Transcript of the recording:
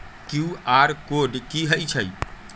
QR code कि हई छई?